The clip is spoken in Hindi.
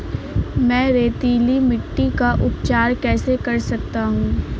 मैं रेतीली मिट्टी का उपचार कैसे कर सकता हूँ?